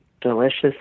delicious